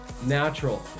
Natural